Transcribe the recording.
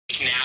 Now